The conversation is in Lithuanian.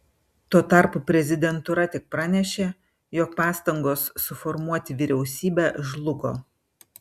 tuo tarpu prezidentūra tik pranešė jog pastangos suformuoti vyriausybę žlugo